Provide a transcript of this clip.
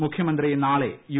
മുഖ്യമന്ത്രി നാളെ യു